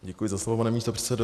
Děkuji za slovo, pane místopředsedo.